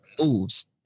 moves